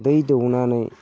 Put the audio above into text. दै दौनानै